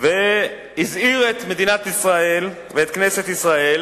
והזהיר את מדינת ישראל וכנסת ישראל